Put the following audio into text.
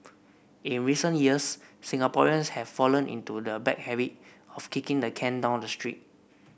in recent years Singaporeans have fallen into the bad habit of kicking the can down the street